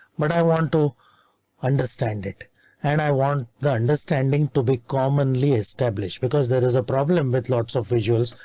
but i want to understand it and i want the understanding to be commonly established because there is a problem with lots of visuals.